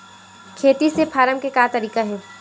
खेती से फारम के का तरीका हे?